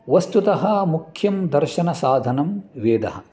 वस्तुतः मुख्यं दर्शनसाधनं वेदः